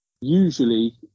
usually